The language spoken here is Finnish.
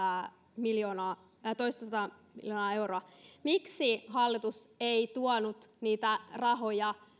miljoonaa toistasataa miljoonaa euroa miksi hallitus ei tuonut niitä rahoja